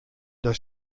das